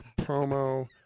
promo